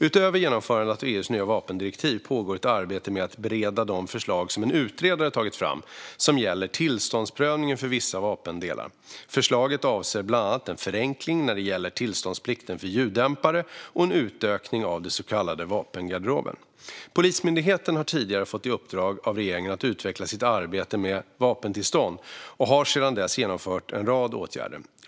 Utöver genomförandet av EU:s nya vapendirektiv pågår ett arbete med att bereda de förslag som en utredare tagit fram som gäller tillståndsprövningen för vissa vapendelar. Förslagen avser bland annat en förenkling när det gäller tillståndsplikten för ljuddämpare och en utökning av den så kallade vapengarderoben. Polismyndigheten har tidigare fått i uppdrag av regeringen att utveckla sitt arbete med vapentillstånd och har sedan dess genomfört en rad åtgärder.